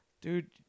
Dude